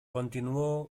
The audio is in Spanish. continuó